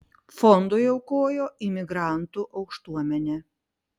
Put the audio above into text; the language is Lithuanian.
fondui aukojo imigrantų aukštuomenė